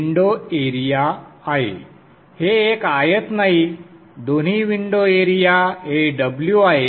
window area आहे हे एक आयत नाही दोन्ही विंडो एरिया Aw आहे